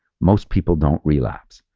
most people don't relapse.